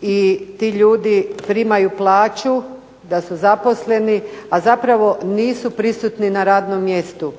i ti ljudi primaju plaću da su zaposleni, a zapravo nisu prisutni na radnom mjestu.